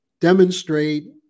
demonstrate